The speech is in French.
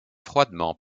froidement